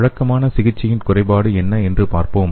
வழக்கமான சிகிச்சையின் குறைபாடு என்ன என்று பார்ப்போம்